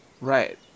Right